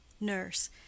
Nurse